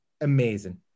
amazing